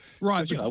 Right